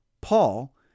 Paul